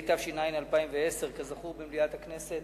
התש"ע 2010. כזכור, במליאת הכנסת